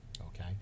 okay